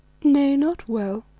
nay, not well,